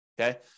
Okay